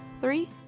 three